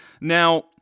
Now